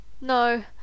No